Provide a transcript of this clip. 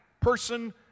person